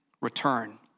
return